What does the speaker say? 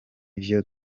vyo